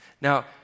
Now